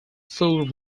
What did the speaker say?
full